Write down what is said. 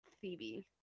phoebe